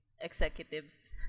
executives